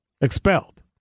expelled